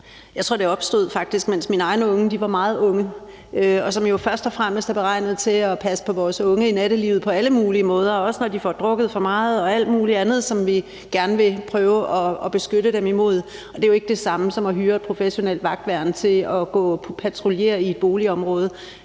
jeg tror i øvrigt opstod, mens mine egne unge var meget unge, og som jo først og fremmest er beregnet til at passe på vores unge i nattelivet på alle mulige måder, også når de får drukket for meget og alt mulig andet, som vi gerne vil prøve at beskytte dem imod, og det er jo ikke det samme som at hyre et professionelt vagtværn til at patruljere i et boligområde